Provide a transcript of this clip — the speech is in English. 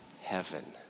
heaven